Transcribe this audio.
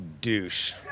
douche